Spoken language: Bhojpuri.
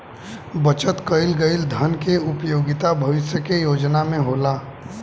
बचत कईल गईल धन के उपयोगिता भविष्य के योजना में होला